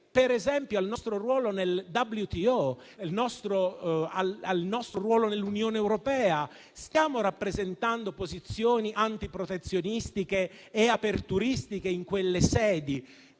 per esempio, al nostro ruolo nel WTO e nell'Unione europea. Stiamo rappresentando posizioni antiprotezionistiche e aperturistiche in quelle sedi?